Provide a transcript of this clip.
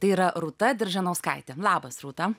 tai yra rūta diržanauskaitė labas rūta